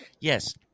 Yes